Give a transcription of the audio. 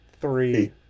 Three